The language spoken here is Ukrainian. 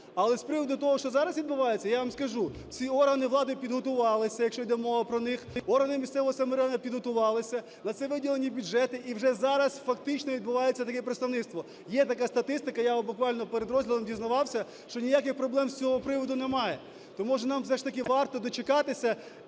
Але з приводу того, що зараз відбувається, я вам скажу, всі органи влади підготувалися, якщо йде мова про них, органи місцевого самоврядування підготувалися, на це виділені бюджети, і вже зараз, фактично, відбувається таке представництво. Є така статистика, я от буквально перед розглядом дізнавався, що ніяких проблем з цього приводу немає. То, може, нам все ж таки варто дочекатись,